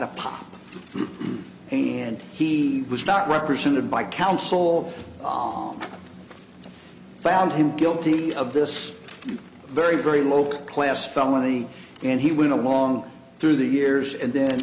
a pot and he was not represented by counsel og found him guilty of this very very low class felony and he went along through the years and then